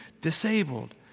disabled